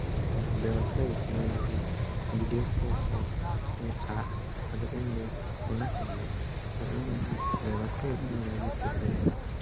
ᱵᱮ ᱵᱟᱥᱟ ᱩᱛᱱᱟᱹᱣ ᱞᱟᱹᱜᱤᱫ ᱵᱷᱤᱰᱤᱭᱳ ᱠᱚᱠᱚ ᱟᱲᱟᱜ ᱠᱟᱫᱼᱟ ᱟᱫᱚ ᱤᱧᱫᱚ ᱚᱱᱟ ᱠᱚᱧ ᱧᱮᱞᱟ ᱟᱨ ᱤᱧ ᱚᱱᱟ ᱵᱮ ᱵᱟᱥᱟ ᱩᱛᱱᱟᱹᱣ ᱞᱟᱹᱜᱤᱫ ᱛᱮ ᱤᱧ